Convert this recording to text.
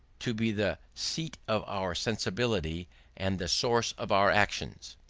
to be the seat of our sensibility and the source of our actions.